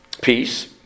peace